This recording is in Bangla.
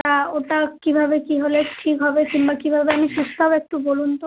তা ওটা কীভাবে কী হলে ঠিক হবে কিম্বা কীভাবে আমি সুস্থ হবো একটু বলুন তো